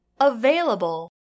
Available